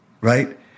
right